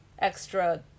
Extra